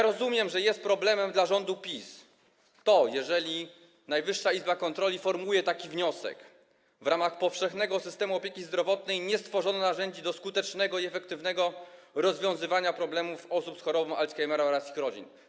Rozumiem, że jest problemem dla rządu PiS, jeżeli Najwyższa Izba Kontroli formułuje taki wniosek, że w ramach powszechnego systemu opieki zdrowotnej nie stworzono narzędzi do skutecznego i efektywnego rozwiązywania problemów osób z chorobą Alzheimera oraz ich rodzin.